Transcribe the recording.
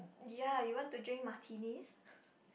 ya you want to drink martinis